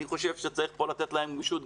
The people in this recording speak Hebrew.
אני חושב שצריך לתת להם כאן גמישות,